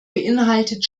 beinhaltet